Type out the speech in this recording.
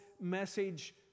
message